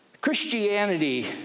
Christianity